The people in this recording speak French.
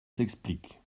s’explique